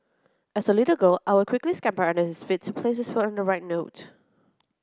as a little girl I would quickly scamper under his feet to place his foot on the right note